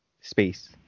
space